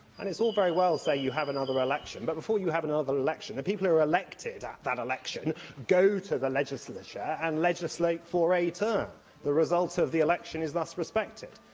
and it's all very well to say, you have another election, but, before you have another election, the people who are elected at that election go to the legislature and legislate for a term the result of the election is thus respected.